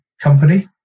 company